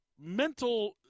mental